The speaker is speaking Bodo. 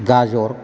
गाजर